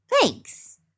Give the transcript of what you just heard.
Thanks